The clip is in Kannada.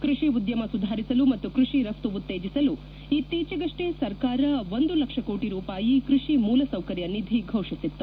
ಕೃಷಿ ಉದ್ಯಮ ಸುಧಾರಿಸಲು ಮತ್ತು ಕೃಷಿ ರಫ್ತು ಉತ್ತೇಜಿಸಲು ಇತ್ತೀಚೆಗಷ್ವೆ ಸರ್ಕಾರ ಒಂದು ಲಕ್ಷ ಕೋಟ ರೂಪಾಯಿ ಕೃಷಿ ಮೂಲ ಸೌಕರ್ಯ ನಿಧಿ ಘೋಷಿಸಿತ್ತು